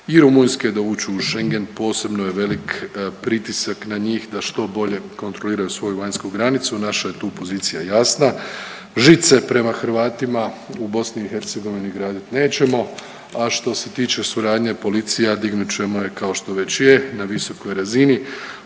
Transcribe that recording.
i Rumunjske da uđu u Schengen posebno je velik pritisak na njih da što bolje kontroliraju svoju vanjsku granicu. Naša je tu pozicija jasna, žice prema Hrvatima u BiH gradit nećemo, a što se tiče suradnje policija dignut ćemo je kao što već je na visokoj razini,